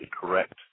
correct